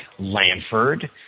Lanford